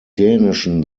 dänischen